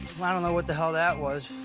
whew. i don't know what the hell that was.